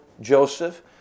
Joseph